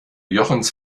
jochens